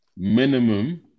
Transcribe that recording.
Minimum